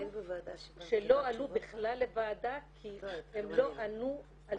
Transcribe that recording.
שלא עלו בכלל לוועדה כי הן לא ענו על